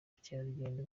ubukerarugendo